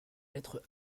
lettre